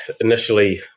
initially